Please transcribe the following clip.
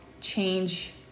change